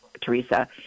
Teresa